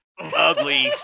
ugly